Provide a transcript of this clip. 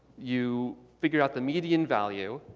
you figure out the median value,